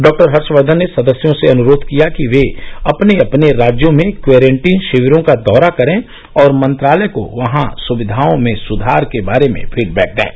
doctor Harshvardhan ने सदस्यों से अनुरोध किया कि वे अपने अपने राज्यों में क्वेरेन्टीन शिविरों का दौरा करें और मंत्रालय को वहां स्विधाओं में सुधार के बारे में फीडबैक दें